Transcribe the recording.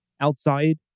outside